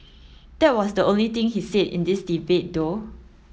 that was the only thing he's said in this debate though